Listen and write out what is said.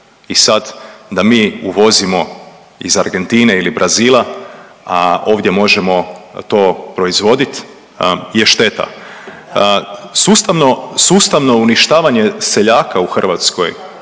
I sad da mi uvozimo iz Argentine ili Brazila, a ovdje možemo to proizvodit je šteta. Sustavno, sustavno uništavanje seljaka u Hrvatskoj